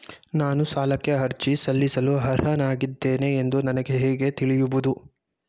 ನಾನು ಸಾಲಕ್ಕೆ ಅರ್ಜಿ ಸಲ್ಲಿಸಲು ಅರ್ಹನಾಗಿದ್ದೇನೆ ಎಂದು ನನಗೆ ಹೇಗೆ ತಿಳಿಯುವುದು?